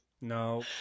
No